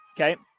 Okay